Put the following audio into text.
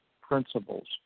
principles